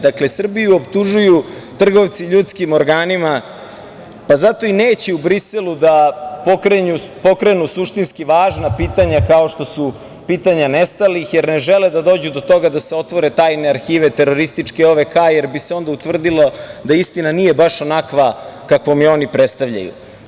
Dakle, Srbiju optužuju trgovci ljudskim organima, pa zato i neće u Briselu da pokrenu suštinski važna pitanja, kao što su pitanja nestalih, jer ne žele da se dođe do toga da se otvore tajne arhive terorističke OVK, jer bi se onda utvrdilo da istina nije baš onakva kakvom je oni predstavljaju.